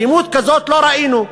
אלימות כזאת לא ראינו.